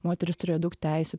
moterys turėjo daug teisių